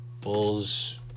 Bulls